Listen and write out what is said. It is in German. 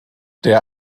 der